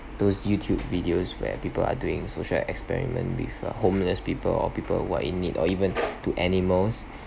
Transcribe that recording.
those youtube videos where people are doing social experiment with uh homeless people or people who are in need or even to animals